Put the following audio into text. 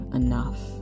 enough